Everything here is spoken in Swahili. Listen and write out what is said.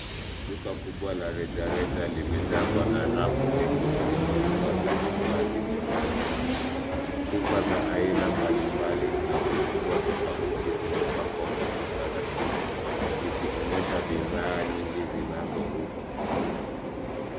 Duka kubwa la rejareja limejazwa na rafu ndefu zenye chupa za vinywaji vikali. Chupa za aina mbalimbali na ukubwa tofauti zimepangwa kwa utaratibu zikionyesha bidhaa nyingi zinazouzwa.